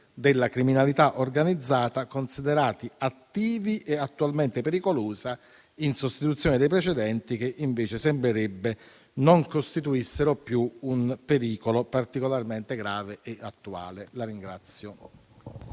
della criminalità organizzata considerati attivi e attualmente pericolosi, in sostituzione dei precedenti, che sembrerebbe invece non costituissero più un pericolo particolarmente grave e attuale. PRESIDENTE.